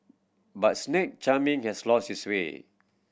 but snake charming has lost its sway